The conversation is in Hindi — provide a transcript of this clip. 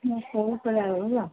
सौ रुपय ले रहे हो क्या